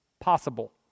Possible